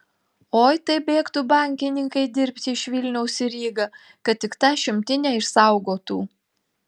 oi tai bėgtų bankininkai dirbti iš vilniaus į rygą kad tik tą šimtinę išsaugotų